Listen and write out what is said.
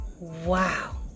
Wow